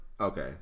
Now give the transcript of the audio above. Okay